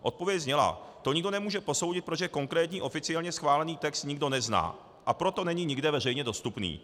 Odpověď zněla: To nikdo nemůže posoudit, protože konkrétní oficiálně schválený text nikdo nezná, a proto není nikde veřejně dostupný.